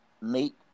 meet